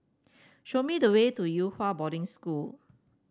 show me the way to Yew Hua Boarding School